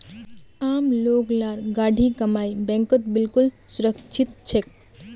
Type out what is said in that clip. आम लोग लार गाढ़ी कमाई बैंकत बिल्कुल सुरक्षित छेक